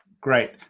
great